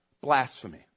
Blasphemy